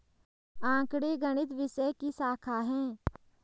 आंकड़े गणित विषय की शाखा हैं